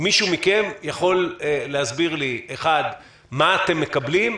אם מישהו מכם יכול להסביר לי: 1. מה אתם מקבלים?